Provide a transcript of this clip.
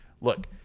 Look